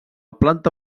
planta